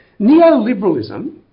neoliberalism